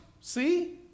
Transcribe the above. see